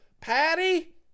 Patty